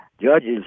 judges